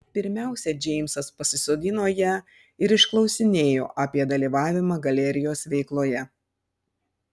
pirmiausia džeimsas pasisodino ją ir išklausinėjo apie dalyvavimą galerijos veikloje